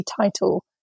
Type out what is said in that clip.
title